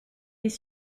les